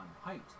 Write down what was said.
Height